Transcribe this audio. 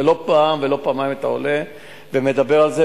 ולא פעם ולא פעמיים אתה עולה ומדבר על זה,